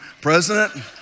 president